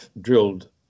drilled